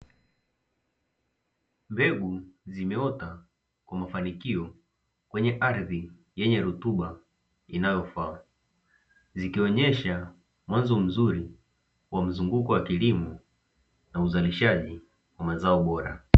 Mbegu zimeota kwa mafanikio kwenye ardhi yenye rutuba inayofaa zikionyesha mwanzo mzuri wa mzunguko wa kilimo na uzalishaji wa mazao bora.